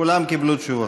כולם קיבלו תשובה.